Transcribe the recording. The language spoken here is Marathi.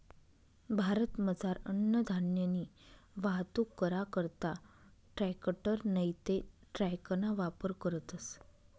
भारतमझार अन्नधान्यनी वाहतूक करा करता ट्रॅकटर नैते ट्रकना वापर करतस